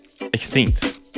extinct